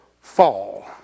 fall